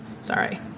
sorry